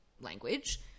language